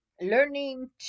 learning